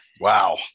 Wow